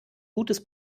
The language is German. gutes